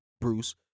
Bruce